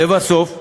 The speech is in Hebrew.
לבסוף,